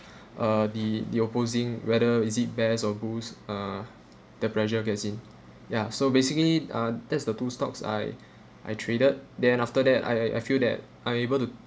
uh the the opposing whether is it bears or booze uh the pressure gets in ya so basically ah that's the two stocks I I traded then after that I I I feel that I'm able to